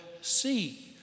see